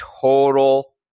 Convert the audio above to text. total